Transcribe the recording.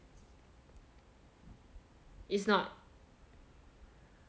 it's not